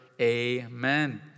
Amen